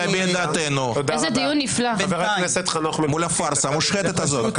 מול הפרסה המושחתת הזאת.